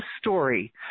story